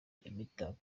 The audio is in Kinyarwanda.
imitako